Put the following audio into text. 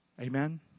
Amen